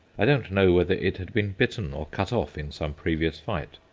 i don't know whether it had been bitten or cut off in some previous fight.